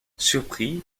surpris